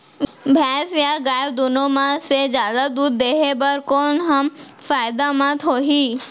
भैंस या गाय दुनो म से जादा दूध देहे बर कोन ह फायदामंद होही?